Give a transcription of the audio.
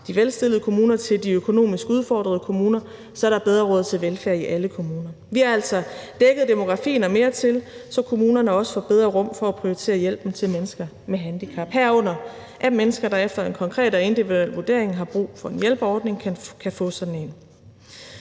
de velstillede kommuner til de økonomisk udfordrede kommuner, så der er bedre råd til velfærd i alle kommuner. Vi har altså dækket demografien og mere til, så kommunerne også får bedre rum for at prioritere hjælpen til mennesker med handicap, herunder at mennesker, der efter en konkret og individuel vurdering har brug for en hjælperordning, kan få sådan en.